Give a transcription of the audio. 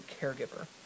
caregiver